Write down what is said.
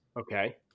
Okay